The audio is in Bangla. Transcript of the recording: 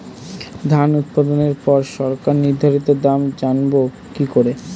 ধান উৎপাদনে পর সরকার নির্ধারিত দাম জানবো কি করে?